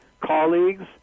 colleagues